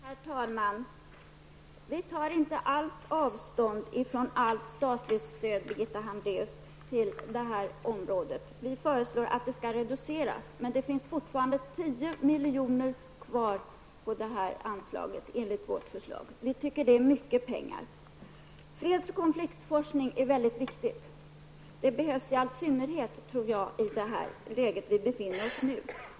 Herr talman! Vi tar inte alls avstånd från allt statligt stöd på detta område, Birgitta Hambraeus. Vi föreslår att det skall reduceras. Men det finns fortfarande, enligt vårt förslag, 10 milj.kr. kvar på detta anslag. Vi tycker att det är mycket pengar. Freds och konflikforskningen är mycket viktig. Jag tror att sådan forskning i all synnerhet behövs i det läge som vi nu befinner oss i.